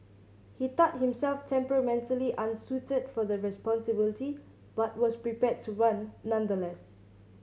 he thought himself temperamentally unsuited for the responsibility but was prepared to run nonetheless